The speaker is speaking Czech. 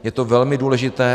Je to velmi důležité.